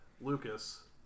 Lucas